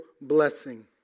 blessing